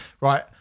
Right